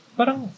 Parang